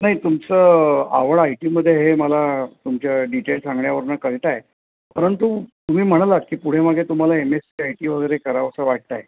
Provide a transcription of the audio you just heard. नाही तुमचं आवड आय टीमध्ये हे मला तुमच्या डिटेल सांगण्यावरनं कळतं आहे परंतु तुम्ही म्हणालात की पुढे मागे तुम्हाला एम एससी आय टी वगैरे करावंसं वाटतं आहे